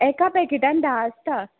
एका पॅकेटान धा आसता